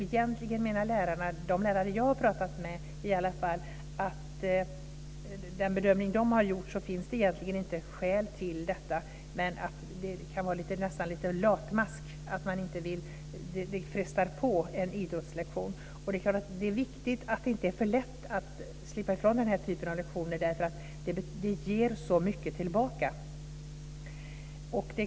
Egentligen menar i alla fall de lärare som jag har talat med att det enligt deras bedömning inte finns skäl till det. Det kan nästan vara lite av en latmask; det frestar på en idrottslektion. Det är viktigt att det inte är för lätt att slippa ifrån den här typen av lektioner därför att de ger så mycket tillbaka.